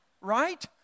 Right